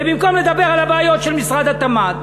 ובמקום לדבר על הבעיות של משרד התמ"ת